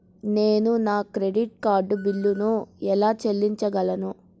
నేను నా credit card బిల్లును ఎలా చెల్లించగలను?